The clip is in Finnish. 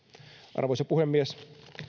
arvoisa puhemies